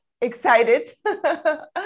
excited